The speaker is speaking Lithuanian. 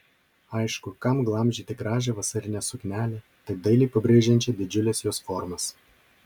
aišku kam glamžyti gražią vasarinę suknelę taip dailiai pabrėžiančią didžiules jos formas